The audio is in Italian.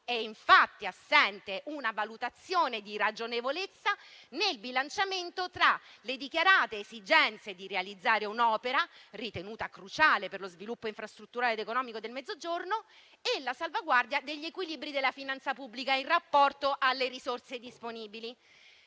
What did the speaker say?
È infatti assente una valutazione di ragionevolezza nel bilanciamento tra le dichiarate esigenze di realizzare un'opera ritenuta cruciale per lo sviluppo infrastrutturale ed economico del Mezzogiorno e la salvaguardia degli equilibri della finanza pubblica in rapporto alle risorse disponibili.